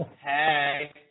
Hey